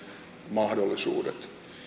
mahdollisuudet